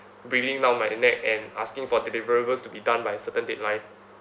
breathing down my neck and asking for deliverables to be done by certain deadline